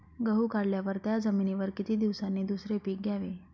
गहू काढल्यावर त्या जमिनीवर किती दिवसांनी दुसरे पीक घ्यावे?